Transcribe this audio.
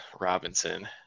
robinson